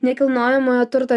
nekilnojamojo turto